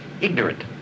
ignorant